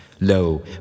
Lo